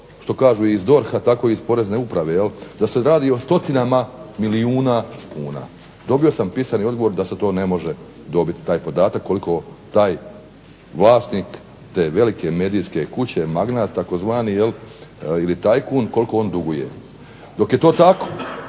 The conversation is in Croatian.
što kažu iz DORH-a tako i iz Porezne uprave, je li da se radi o stotinama milijuna kuna. Dobio sam pisani odgovor da se to ne može dobiti taj podatak koliko taj vlasnik te velike medijske kuće, magnat takozvani ili tajkun koliko on duguje. Dok je to tako